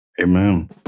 Amen